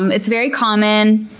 um it's very common.